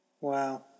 Wow